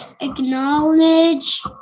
acknowledge